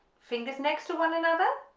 fingers next to one another